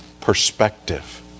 perspective